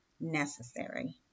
necessary